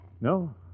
No